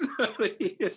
Sorry